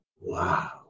wow